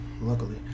Luckily